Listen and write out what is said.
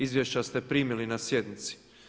Izvješća ste primili na sjednici.